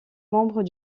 membres